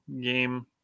game